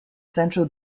central